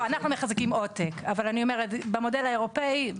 אנחנו מחזיקים עותק, אבל במודל האירופאי,